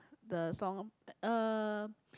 the song uh